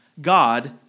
God